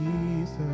Jesus